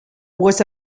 was